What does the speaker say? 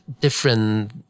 different